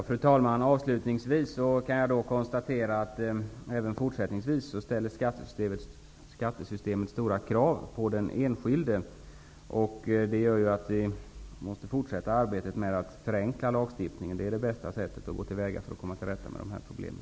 Fru talman! Jag kan avslutningsvis konstatera att skattesystemet även i fortsättningen ställer stora krav på den enskilde. Det gör att vi måste fortsätta arbetet med att förenkla lagstiftningen. Det är det bästa sättet att gå till väga för att komma till rätta med problemen.